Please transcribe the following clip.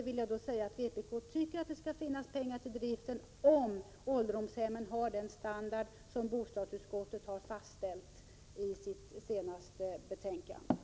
Vi i vpk tycker att det skall finnas pengar till driften, om ålderdomshemmen har den standard som bostadsutskottet har fastställt i sitt senaste betänkande.